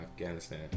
afghanistan